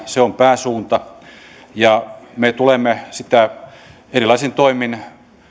se on pääsuunta ja me tulemme sitä erilaisin toimin